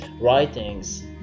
writings